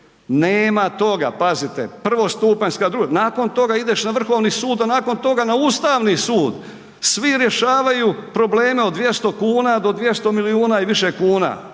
Nema toga, pazite, prvostupanjska, drugostupanjska, nakon toga ideš na Vrhovni sud, a nakon toga na Ustavni sud svi rješavaju probleme od 200 kuna do 200 milijuna i više kuna.